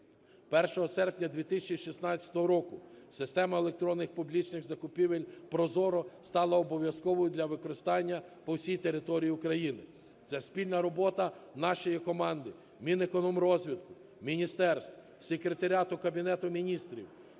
серпня 2016 року система електронних публічних закупівель ProZorro стала обов'язковою для використання по всій території України. Це спільна робота нашої команди: Мінекономрозвитку, міністерств, Секретаріату Кабінету Міністрів,